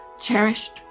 cherished